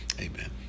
Amen